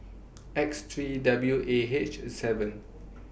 X three W A H seven